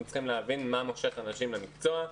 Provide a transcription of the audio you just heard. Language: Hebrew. אנחנו צריכים להבין מה מושך אנשים למקצוע,